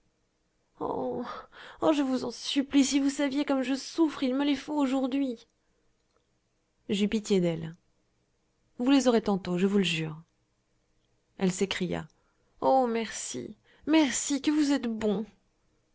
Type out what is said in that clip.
oh je vous en supplie si vous saviez comme je souffre il me les faut aujourd'hui j'eus pitié d'elle vous les aurez tantôt je vous le jure elle s'écria oh merci merci que vous êtes bon